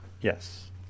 Yes